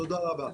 תודה רבה.